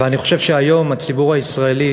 ואני חושב שהיום הציבור הישראלי